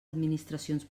administracions